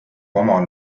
omal